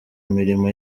mirimo